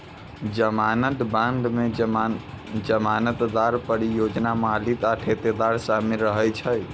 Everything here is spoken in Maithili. जमानत बांड मे जमानतदार, परियोजना मालिक आ ठेकेदार शामिल रहै छै